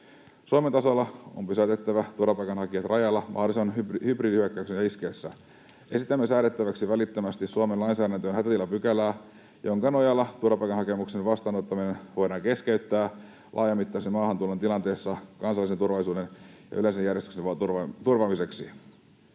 Suomen tasolla on pysäytettävä turvapaikanhakijat rajalla mahdollisen hybridihyökkäyksen iskiessä. Esitämme säädettäväksi välittömästi Suomen lainsäädäntöön hätätilapykälän, jonka nojalla turvapaikkahakemuksen vastaanottaminen voidaan keskeyttää laajamittaisen maahantulon tilanteessa kansallisen turvallisuuden ja yleisen järjestyksen turvaamiseksi.